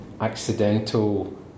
accidental